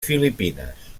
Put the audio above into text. filipines